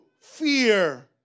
fear